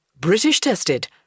British-tested